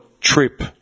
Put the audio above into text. trip